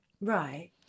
Right